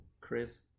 Chris